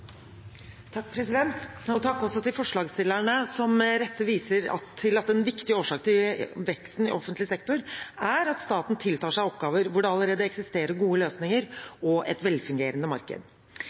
Takk til forslagsstillerne, som med rette viser til at en viktig årsak til veksten i offentlig sektor er at staten tiltar seg oppgaver hvor det allerede eksisterer gode løsninger og et velfungerende marked.